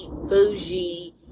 bougie